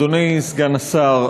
אדוני סגן השר,